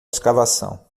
escavação